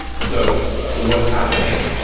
and so what's happening,